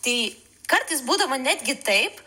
tai kartais būdavo netgi taip